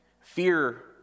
Fear